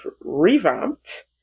revamped